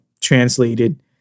translated